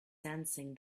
sensing